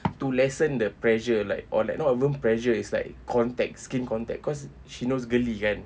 to lessen the pressure like on not even pressure it's like contact skin contact cause she knows geli kan